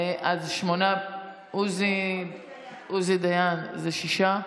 עוזי דיין, זה שישה,